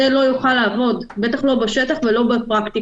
זה לא יוכל לעבוד, בטח לא בשטח ולא בפרקטיקה.